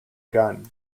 gun